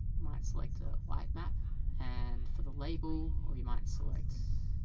might select the white map and for the label, we might select